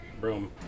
room